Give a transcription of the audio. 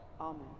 Amen